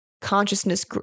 consciousness